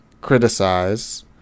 criticize